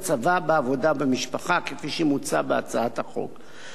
בצבא, בעבודה ובמשפחה", כפי שמוצע בהצעת החוק.